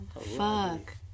Fuck